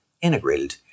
integrated